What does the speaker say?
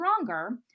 stronger